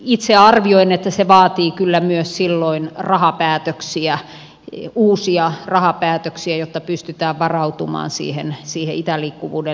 itse arvioin että se vaatii kyllä myös silloin uusia rahapäätöksiä jotta pystytään varautumaan siihen itäliikkuvuuden lisääntymiseen